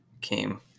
came